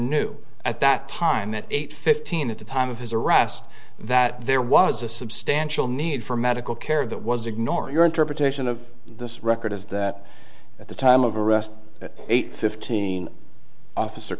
knew at that time at eight fifteen at the time of his arrest that there was a substantial need for medical care that was ignored your interpretation of this record is that at the time of arrest at eight fifteen officer